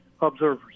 observers